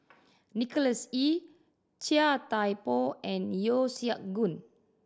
Nicholas Ee Chia Thye Poh and Yeo Siak Goon